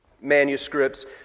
manuscripts